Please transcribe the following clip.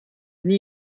nie